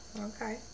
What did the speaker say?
Okay